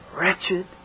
wretched